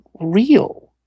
real